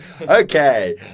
Okay